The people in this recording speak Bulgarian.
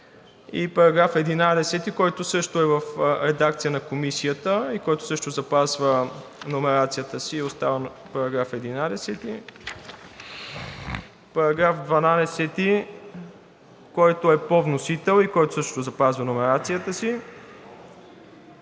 –§ 9; § 11, който също е в редакция на Комисията и който също запазва номерацията си и остава § 11; § 12, който е по вносител и който също запазва номерацията си.